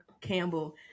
Campbell